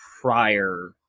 prior